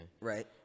right